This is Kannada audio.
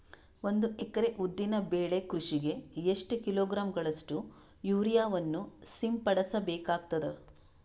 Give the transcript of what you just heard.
ಒಂದು ಎಕರೆ ಉದ್ದಿನ ಬೆಳೆ ಕೃಷಿಗೆ ಎಷ್ಟು ಕಿಲೋಗ್ರಾಂ ಗಳಷ್ಟು ಯೂರಿಯಾವನ್ನು ಸಿಂಪಡಸ ಬೇಕಾಗತದಾ?